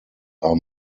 are